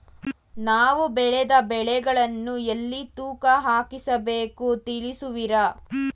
ನಾವು ಬೆಳೆದ ಬೆಳೆಗಳನ್ನು ಎಲ್ಲಿ ತೂಕ ಹಾಕಿಸಬೇಕು ತಿಳಿಸುವಿರಾ?